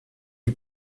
eut